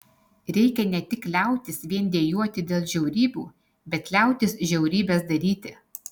reikia ne tik liautis vien dejuoti dėl žiaurybių bet liautis žiaurybes daryti